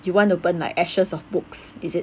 you want to burn like ashes of books is it